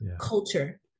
culture